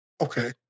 Okay